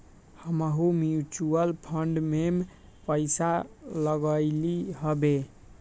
हमहुँ mutual fund में पइसा लगइली हबे